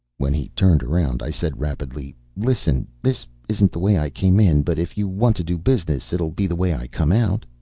when he turned around, i said rapidly listen, this isn't the way i came in, but if you want to do business, it'll be the way i come out.